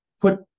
put